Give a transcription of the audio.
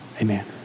Amen